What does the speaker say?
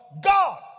God